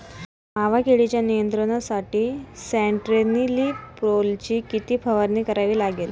मावा किडीच्या नियंत्रणासाठी स्यान्ट्रेनिलीप्रोलची किती फवारणी करावी लागेल?